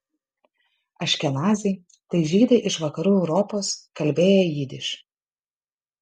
aškenaziai tai žydai iš vakarų europos kalbėję jidiš